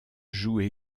joue